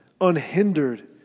unhindered